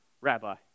Rabbi